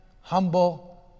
humble